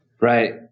Right